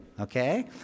Okay